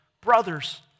brothers